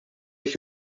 jekk